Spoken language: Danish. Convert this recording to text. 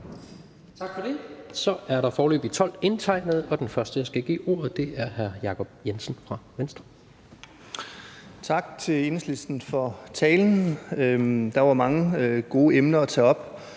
Tak for det. Så er der foreløbig tre indtegnede, og den første, jeg skal give ordet, er hr. Jacob Jensen fra Venstre. Kl. 15:00 Jacob Jensen (V): Tak til Enhedslisten for talen. Der var mange gode emner, der